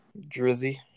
Drizzy